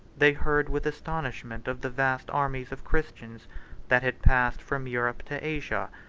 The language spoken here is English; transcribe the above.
they heard with astonishment of the vast armies of christians that had passed from europe to asia,